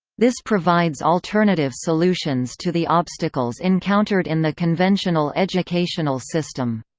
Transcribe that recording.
this provides alternative solutions to the obstacles encountered in the conventional educational system.